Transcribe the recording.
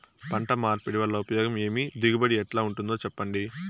పంట మార్పిడి వల్ల ఉపయోగం ఏమి దిగుబడి ఎట్లా ఉంటుందో చెప్పండి?